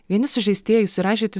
vieni sužeistieji suraižyti